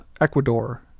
Ecuador